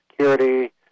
security